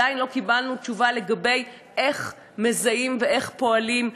ועדיין לא קיבלנו תשובה איך מזהים ואיך פועלים,